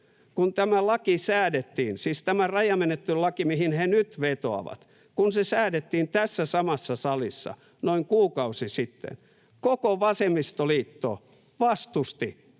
siis tämä rajamenettelylaki, mihin he nyt vetoavat, tässä samassa salissa noin kuukausi sitten, koko vasemmistoliitto vastusti